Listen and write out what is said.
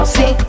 See